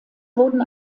wurden